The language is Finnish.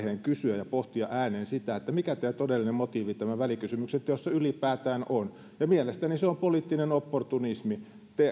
kysyä ja pohtia ääneen sitä mikä teidän todellinen motiivinne tämän välikysymyksen teossa ylipäätään on ja mielestäni se on poliittinen opportunismi